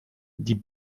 die